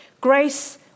Grace